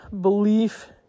belief